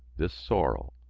this sorrow,